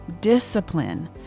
Discipline